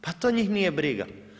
Pa to njih nije briga.